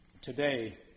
today